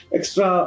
Extra